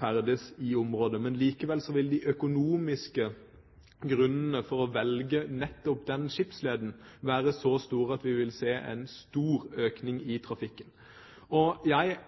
ferdes i området. Men likevel vil de økonomiske grunnene for å velge nettopp den skipsleden være så store at vi vil se en stor økning i trafikken. Og jeg